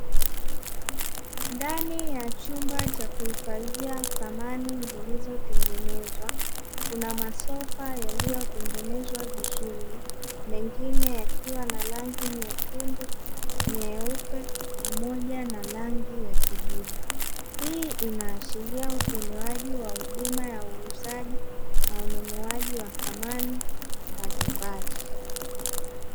Ndani ya chumba cha kuhifadhia samani zilizotengenezwa, kuna masofa yaliyotengenezwa vizuri, mengine yakiwa na rangi nyekundu, nyeupe pamoja na rangi ya kijivu. Hii inaashiria utolewaji wa huduma ya uuzaji na ununuaji wa samani za majumbani.